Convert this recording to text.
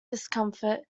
discomfort